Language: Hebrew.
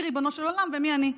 מי ריבונו של עולם ומי אני.